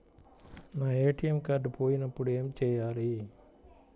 నా ATM card పోయినప్పుడు ఏమి చేయాలి?